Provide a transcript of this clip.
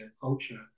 culture